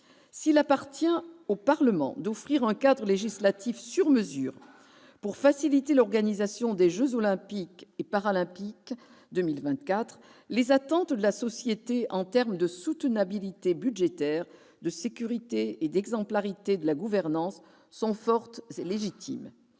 S'il appartient au Parlement d'offrir un cadre législatif sur mesure pour faciliter l'organisation des jeux Olympiques et Paralympiques 2024, les attentes de la société en termes de soutenabilité budgétaire, de sécurité et d'exemplarité de la gouvernance sont fortes et légitimes.